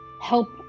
help